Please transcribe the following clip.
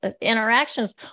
interactions